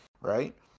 right